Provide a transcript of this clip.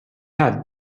have